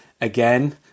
again